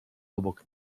obok